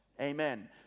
Amen